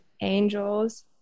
angels